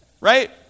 Right